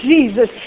Jesus